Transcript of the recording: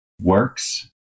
works